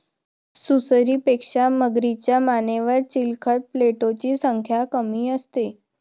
सुसरीपेक्षा मगरीच्या मानेवर चिलखत प्लेटोची संख्या कमी असते